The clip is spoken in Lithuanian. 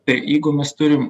tai jeigu mes turim